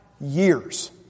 years